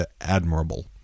admirable